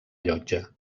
llotja